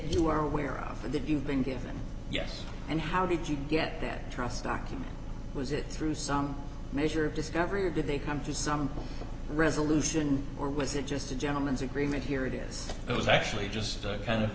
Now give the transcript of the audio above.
you are aware of the did you've been given yes and how did you get that trust document was it through some measure of discovery or did they come to some resolution or was it just a gentlemen's agreement here it is it was actually just a kind of